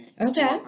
Okay